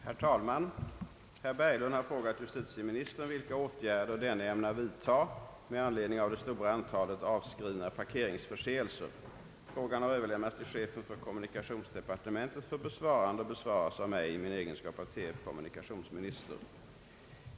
Herr talman! Herr Berglund har frågat justitieministern vilka åtgärder denne ämnar vidtaga med anledning av det stora antalet avskrivna parkeringsförseelser. Frågan har överlämnats till chefen för kommunikationsdepartementet för besvarande och besvaras av mig i min egenskap av tf. kommunikationsminister.